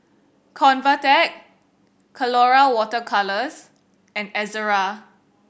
Convatec Colora Water Colours and Ezerra